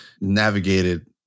navigated